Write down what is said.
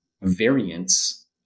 variance